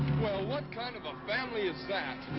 well, what kind of a family is that?